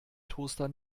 toaster